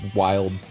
wild